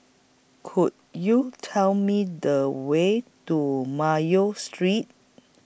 Could YOU Tell Me The Way to Mayo Street